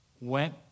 went